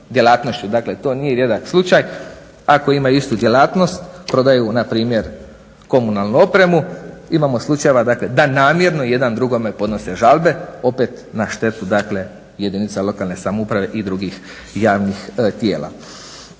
Dakle, to nije rijedak slučaj ako imaju istu djelatnost prodaju npr. komunalnu opremu. Imamo slučajeva da namjerno jedan drugome podnose žalbe opet na štetu dakle jedinica lokalne samouprave i drugih javnih tijela.